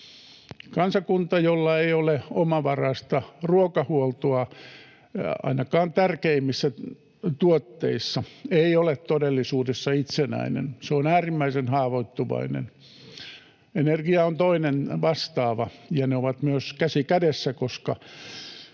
Kansakunta, jolla ei ole omavaraista ruokahuoltoa ainakaan tärkeimmissä tuotteissa, ei ole todellisuudessa itsenäinen. Se on äärimmäisen haavoittuvainen. Energia on toinen vastaava, ja ne ovat myös käsi kädessä, koska